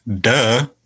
duh